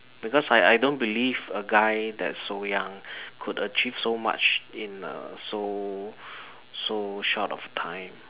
because I I don't believe a guy that's so young could achieve so much in a so so short of time